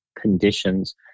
conditions